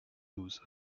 douze